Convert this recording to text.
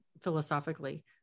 philosophically